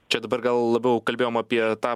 čia dabar gal labiau kalbėjom apie tą